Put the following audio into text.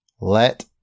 Let